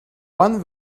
one